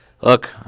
look